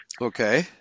Okay